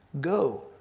go